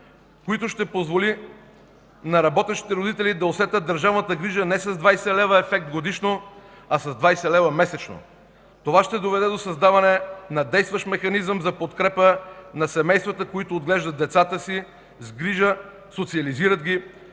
които ще позволят на работещите родители да усетят държавната грижа не с 20 лв. ефект годишно, а с 20 лв. месечно. Това ще доведе до създаване на действащ механизъм за подкрепа на семействата, които отглеждат децата си с грижа, социализират ги,